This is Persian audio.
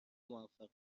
موفق